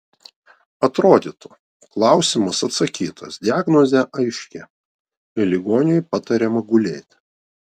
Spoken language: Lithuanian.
atrodytų klausimas atsakytas diagnozė aiški ligoniui patariama gulėti